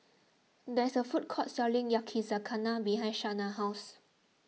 there is a food court selling Yakizakana behind Shanna's house